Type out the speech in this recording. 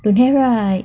don't have right